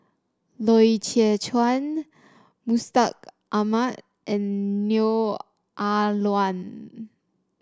Loy Chye Chuan Mustaq Ahmad and Neo Ah Luan